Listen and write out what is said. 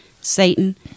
Satan